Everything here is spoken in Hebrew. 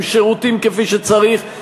עם שירותים כפי שצריך,